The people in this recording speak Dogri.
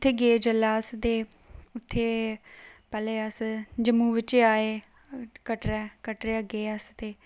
उत्थै गे जेल्लै अस ते उत्थै पैह्लें अस जम्मू बिच्चें आए कटरै कटरै दा गे अस ते